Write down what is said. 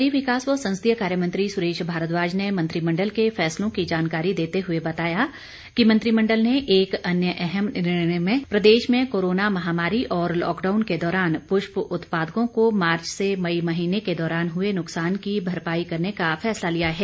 शहरी विकास व संसदीय कार्यमंत्री सुरेश भारद्वाज ने मंत्रिमण्डल के फैसलों की जानकारी देते हुए बताया कि मंत्रिमण्डल ने एक अन्य अहम निर्णय में प्रदेश में कोरोना महामारी और लॉकडाउन के दौरान पृष्प उत्पादकों को मार्च से मई महीने के दौरान हुए नुकसान की भरपाई करने का फैसला लिया है